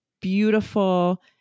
beautiful